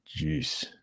jeez